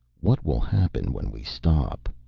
what will happen when we stop?